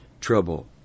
trouble